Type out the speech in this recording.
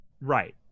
right